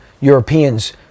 Europeans